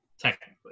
Technically